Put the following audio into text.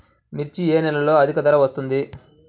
మిర్చి ఏ నెలలో అధిక ధర వస్తుంది?